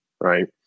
right